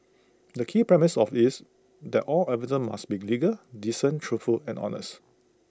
the key premise of is that all advertisements must be legal decent truthful and honest